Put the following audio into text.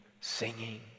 singing